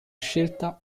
scelta